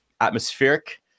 atmospheric